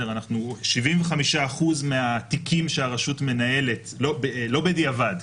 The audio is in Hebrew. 75% מהתיקים שהרשות מנהלת לא בדיעבד,